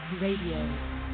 Radio